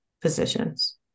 positions